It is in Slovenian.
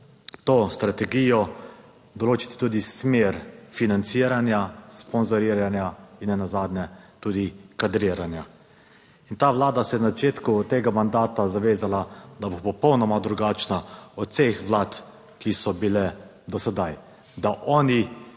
to strategijo določiti tudi smer financiranja, sponzoriranja in nenazadnje tudi kadriranja. In ta vlada se je na začetku tega mandata zavezala, da bo popolnoma drugačna od vseh vlad, ki so bile do sedaj, da oni